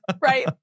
Right